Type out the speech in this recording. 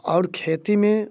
और खेती में